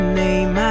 name